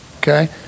okay